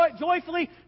joyfully